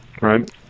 right